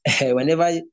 whenever